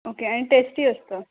okay ॲन tasty असतं